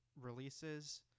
releases